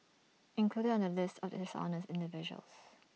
included on the list of dishonest individuals